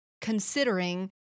considering